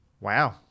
Wow